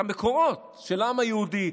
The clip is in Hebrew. את המקורות של העם היהודי,